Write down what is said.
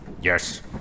Yes